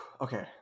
Okay